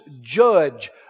judge